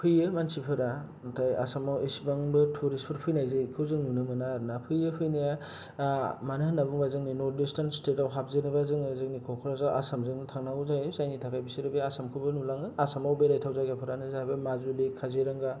फैयो मानसिफोरा ओमफ्राय आसामाव एसेबांबो टुरिजफोर फैनाय जायो जों बेखौ नुनो मोना आरो ना फैयो फैनाया मानो होनना बुंङोबा जोंनि नर्द इस्टटान स्टेटआव हाबजेनोबा जोङो जोंनि क'क्राझार आसाम जोंनो थांनागौ जायो जायनि थाखाय बिसोर बे आसामखौबो नुलाङो आसामाव बेरायथाव जायगाफोरानो जाहैबाय माजुलि काजिरङा